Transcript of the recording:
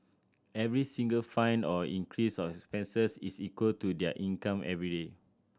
every single fine or increase of expenses is equal to their income everyday